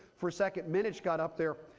for a second, minnich got up there,